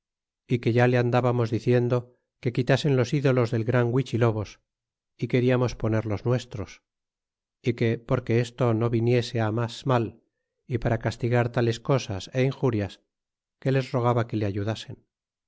é que ya le andábamos diciendo que quitasen los ídolos del gran huichilobos é queriamos poner los nuestros é que porque esto no viniese á mas mal y para castigar tales cosas é injurias que les rogaba que le ayudasen